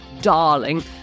darling